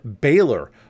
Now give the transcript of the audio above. Baylor